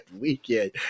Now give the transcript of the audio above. weekend